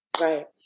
Right